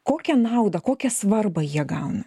kokią naudą kokią svarbą jie gauna